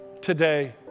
today